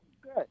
good